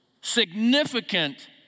significant